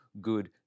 good